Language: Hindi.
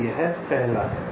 तो यह पहला है